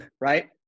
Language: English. right